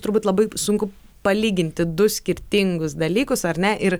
turbūt labai sunku palyginti du skirtingus dalykus ar ne ir